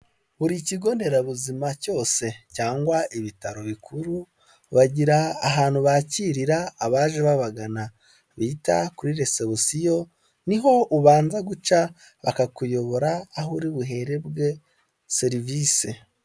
Buri kigo nderabuzima cyose cyangwa ibitaro bikuru bagira ahantu bakirira abaje babagana bita kuri resebusiyo, niho ubanza guca bakakuyobora aho uri buherebwe serivisi.